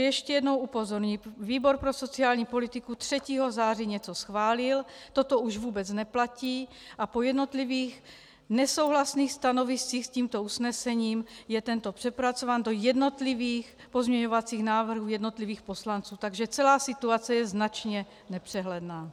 Ještě jednou upozorňuji výbor pro sociální politiku 3. září něco schválil, toto už vůbec neplatí a po jednotlivých nesouhlasných stanoviscích s tímto usnesením je tento přepracován do jednotlivých pozměňovacích návrhů jednotlivých poslanců, takže celá situace je značně nepřehledná.